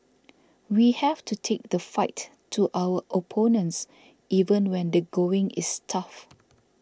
we have to take the fight to our opponents even when the going is tough